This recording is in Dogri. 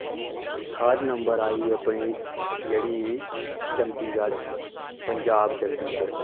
थर्ड नंबर आई अपनी जेह्ड़ी चडीगढ़ पंजाब चंडीगढ़